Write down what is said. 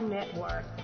Network